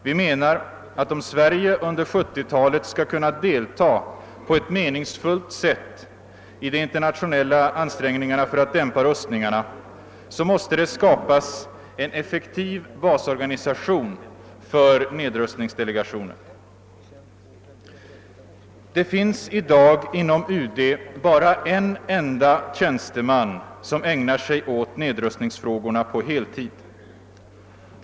Vi menar att om Sverige under 1970-talet på ett meningsfullt sätt skall kunna delta i de internationella ansträngningarna för att dämpa rustningarna måste det skapas en effektivare basorganisation för nedrustningsdelegationen. I dag finns det inom UD bara en enda tjänsteman som ägnar sig åt nedrustningsfrågorna på heltid.